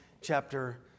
chapter